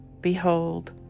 Behold